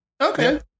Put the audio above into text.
Okay